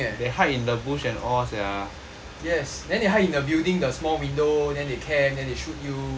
yes then they hide in the building the small window then they camp then they shoot you